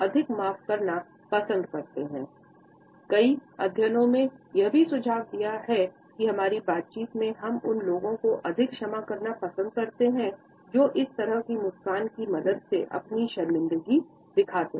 अध्ययनों ने यह भी सुझाव दिया है कि हमारी बातचीत में हम उन लोगों को अधिक क्षमा करना पसंद करते हैं जो इस तरह की मुस्कान की मदद से अपनी शर्मिंदगी दिखाते हैं